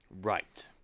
Right